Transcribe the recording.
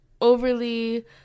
overly